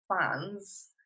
fans